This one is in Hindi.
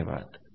धन्यवाद